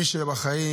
מי שבחיים,